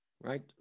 Right